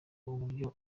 uburyo